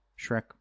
Shrek